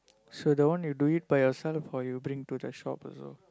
so that one you do it by yourself or you bring to the shop also